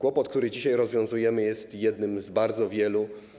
Problem, który dzisiaj rozwiązujemy, jest jednym z bardzo wielu.